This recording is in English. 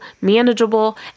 manageable